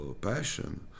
passion